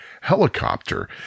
helicopter